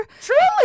Truly